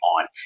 on